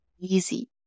easy